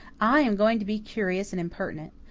i am going to be curious and impertinent.